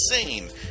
Insane